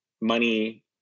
money